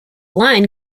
line